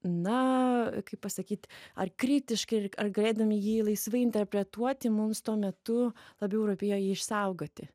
na kaip pasakyt ar kritiškai ar galėdami jį laisvai interpretuoti mums tuo metu labiau rūpėjo jį išsaugoti